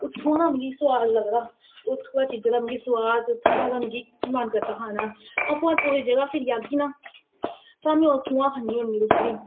उत्थूं दी चीजां दा मिगी सुआद लगदा उत्थूं दी दा गै मिगी मन करदा खाने दा आपू इयां पूरी जगह फिरी आगी ना तां बी उत्थूं दा खन्नी होन्नी रुट्टी